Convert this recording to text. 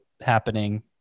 happening